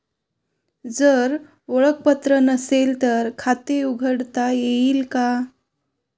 जर ओळखपत्र नसेल तर खाते उघडता येईल का?